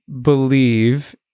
believe